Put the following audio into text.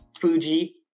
Fuji